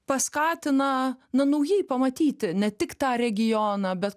paskatina na naujai pamatyti ne tik tą regioną bet